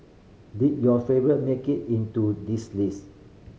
did your favourite make it into this list